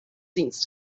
sense